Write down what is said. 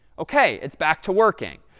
ok, it's back to working.